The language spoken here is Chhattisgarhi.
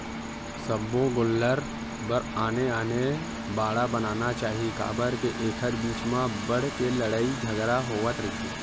सब्बो गोल्लर बर आने आने बाड़ा बनाना चाही काबर के एखर बीच म अब्बड़ के लड़ई झगरा होवत रहिथे